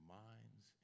minds